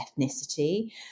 ethnicity